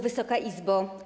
Wysoka Izbo!